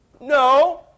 No